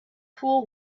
fool